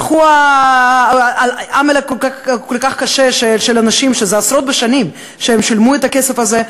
הלך עמל כל כך קשה של אנשים שעשרות בשנים שילמו את הכסף הזה,